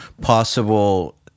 possible